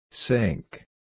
Sink